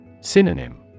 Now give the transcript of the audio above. Synonym